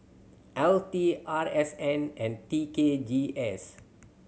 L T R S N and T K G S